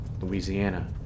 Louisiana